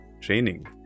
training